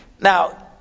Now